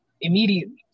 Immediately